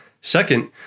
Second